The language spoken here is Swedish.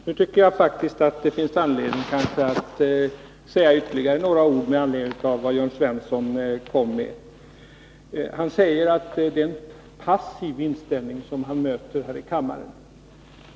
Herr talman! Jag tycker faktiskt att det finns skäl att säga ytterligare några ord med anledning av vad Jörn Svensson framförde. Han säger att det är en passiv inställning han möter här i kammaren.